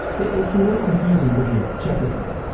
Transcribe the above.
it's a little confusing, but, here, check this out.